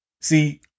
See